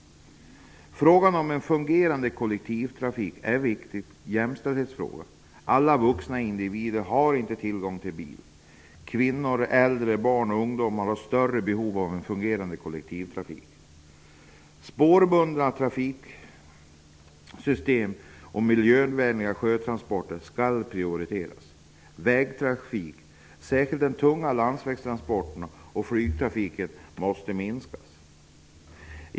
Frågan om en fungerande kollektivtrafik är en viktig jämställdhetsfråga. Alla vuxna individer har inte tillgång till bil. Kvinnor, äldre, barn och ungdomar har ett större behov av en fungerande kollektivtrafik. 3. Spårbundna trafiksystem och miljövänliga sjötransporter skall prioriteras. Vägtrafik, särskilt tunga landsvägstransporter, och flygtrafiken måste minskas. 4.